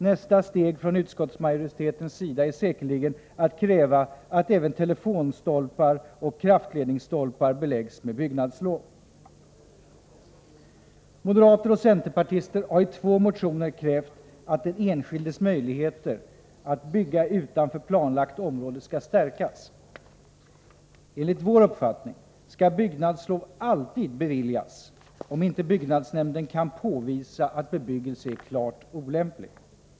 Nästa steg från utskottsmajoriteten är säkerligen ett krav på att även telefonstolpar och kraftledningsstolpar beläggs med byggnadslovsplikt. Moderater och centerpartister har i två motioner krävt att den enskildes möjligheter att bygga utanför planlagt område skall stärkas. Enligt vår uppfattning skall byggnadslov alltid beviljas, om inte byggnadsnämnden kan påvisa att bebyggelse är klart olämplig.